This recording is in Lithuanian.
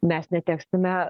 mes neteksime